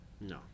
No